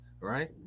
right